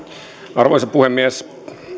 arvoisa puhemies